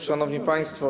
Szanowni Państwo!